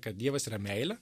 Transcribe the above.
kad dievas yra meilė